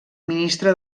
ministre